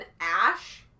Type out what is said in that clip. ash